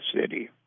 city